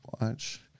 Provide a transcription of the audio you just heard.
watch